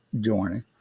joining